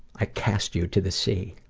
i cast you to the sea.